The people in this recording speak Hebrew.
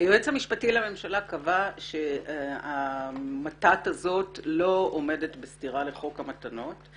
היועץ המשפטי לממשלה קבע שהמתת הזאת לא עומדת בסתירה לחוק המתנות,